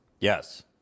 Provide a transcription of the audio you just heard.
Yes